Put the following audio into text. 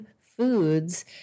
foods